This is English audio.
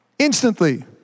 Instantly